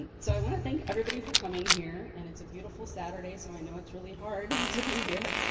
ah so i wanna thank everybody for coming here, and it's a beautiful saturday, so i know it's really hard to be here.